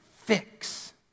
fix